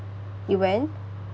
you went